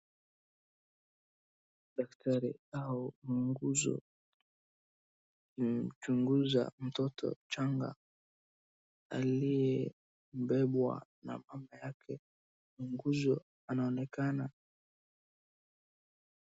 Daktari au muuguzi anamchunguza mtoto mchanga aliyebebwa na mama yake ,muuguzi anaonekana .